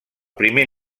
primer